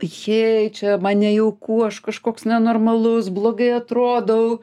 jej čia man nejauku aš kažkoks nenormalus blogai atrodau